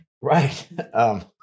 Right